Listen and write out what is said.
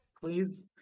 Please